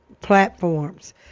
platforms